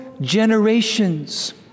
generations